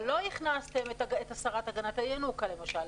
-- אבל לא הכנסתם את הסרת הגנת הינוקא, למשל.